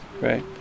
right